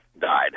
died